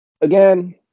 Again